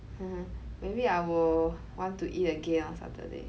maybe I will want to eat again on saturday